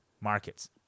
markets